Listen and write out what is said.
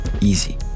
Easy